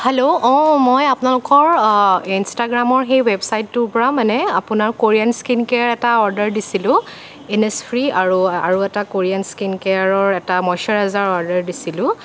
hello অঁ মই আপোনালোকৰ ইনষ্টাগ্ৰামৰ সেই ৱেবছাইটটোৰ পৰা মানে আপোনাৰ কোৰীয়ান স্কিন কেয়াৰ এটা অৰ্ডাৰ দিছিলোঁ ইনিছফ্ৰি আৰু আৰু এটা কোৰীয়ান স্কিন কেয়াৰৰ এটা মইশ্ৱাৰাইজাৰ অৰ্ডাৰ দিছিলোঁ